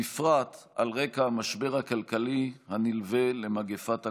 בפרט על רקע המשבר הכלכלי הנלווה למגפת הקורונה.